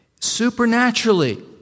supernaturally